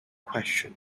question